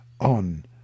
on